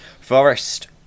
Forest